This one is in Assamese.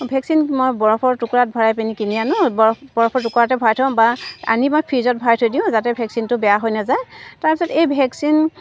ভেকচিন মই বৰফৰ টুকুৰাত ভৰাই পিনি কিনি আনো বৰফ বৰফৰ টুকুৰাতে ভৰাই থওঁ বা আনি মই ফ্ৰিজত ভৰাই থৈ দিওঁ যাতে ভেকচিনটো বেয়া হৈ নাযায় তাৰপিছত এই ভেকচিন